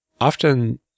often